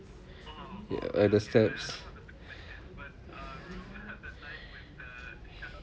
ya at the steps